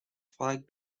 flag